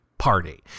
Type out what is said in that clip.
party